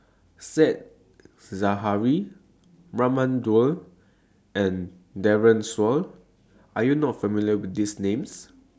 Said Zahari Raman Daud and Daren Shiau Are YOU not familiar with These Names